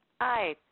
Hi